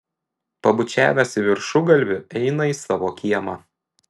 pabučiavęs į viršugalvį eina į savo kiemą